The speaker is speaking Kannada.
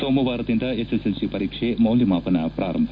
ಸೋಮವಾರದಿಂದ ಎಸ್ಎಸ್ಎಲ್ಸಿ ಪರೀಕ್ಷೆ ಮೌಲ್ಯಮಾಪನ ಪ್ರಾರಂಭ